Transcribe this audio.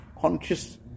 conscious